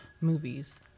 movies